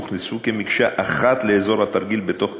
הוכנסו כמקשה אחת לאזור התרגיל בתוך קמ"ג,